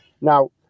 Now